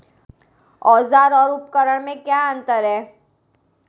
औज़ार और उपकरण में क्या अंतर है?